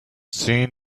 seen